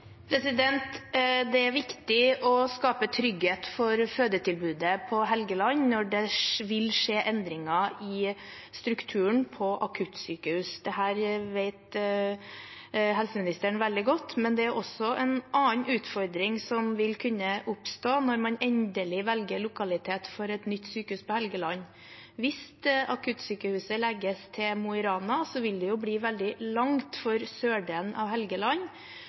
det utredningsarbeidet. Det er viktig å skape trygghet for fødetilbudet på Helgeland når det vil skje endringer i akuttsykehusstrukturen. Dette vet helseministeren veldig godt. Men det er også en annen utfordring som vil kunne oppstå når man endelig velger lokalitet for et nytt sykehus på Helgeland. Hvis akuttsykehuset legges til Mo i Rana, vil det bli veldig langt for dem i sørdelen av Helgeland